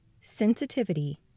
sensitivity